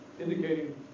indicating